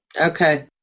Okay